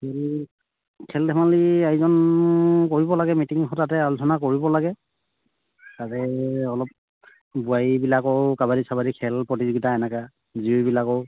খেল খেল ধেমালি আয়োজন কৰিব লাগে মিটিং এখন তাতে আলোচনা কৰিব লাগে তাতে অলপ বোৱাৰীবিলাকৰো কাবাডী চাবাডী খেল প্ৰতিযোগিতা এনেকৈ জীয়ৰীবিলাকৰ